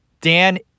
Dan